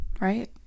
right